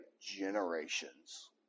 generations